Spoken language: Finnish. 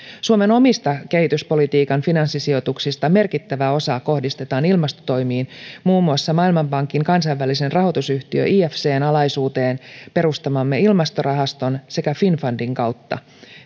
suomen omista kehityspolitiikan finanssisijoituksista merkittävä osa kohdistetaan ilmastotoimiin muun muassa maailmanpankin kansainvälisen rahoitusyhtiön ifcn alaisuuteen perustamamme ilmastorahaston sekä finnfundin kautta